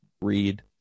read